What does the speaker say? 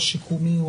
השיקומי או